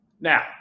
Now